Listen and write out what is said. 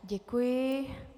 Děkuji.